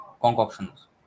concoctions